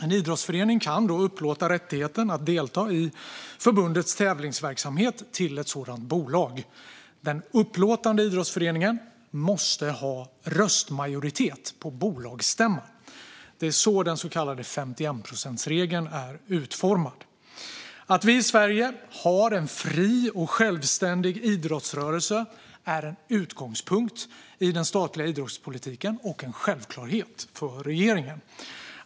En idrottsförening kan då upplåta rättigheten att delta i förbundets tävlingsverksamhet till ett sådant bolag. Den upplåtande idrottsföreningen måste ha röstmajoritet på bolagsstämman. Det är så den så kallade 51-procentsregeln är utformad. Att vi i Sverige har en fri och självständig idrottsrörelse är en utgångspunkt i den statliga idrottspolitiken och en självklarhet för regeringen.